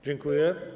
Dziękuję.